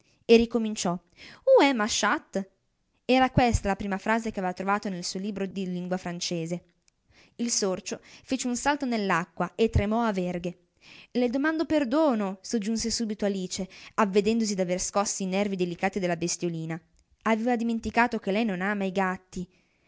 e rincominciò où est ma chatte era questa la prima frase ch'avea trovata nel suo libriccino di lingua francese il sorcio fece un salto nell'acqua e tremò a verghe le domando perdono soggiunse subito alice avvedendosi d'avere scossi i nervi delicati della bestiolina avea dimenticato che lei non ama i gatti